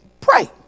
pray